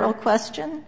real question